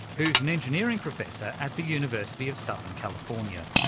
who's an engineering professor at the university of southern california.